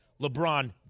LeBron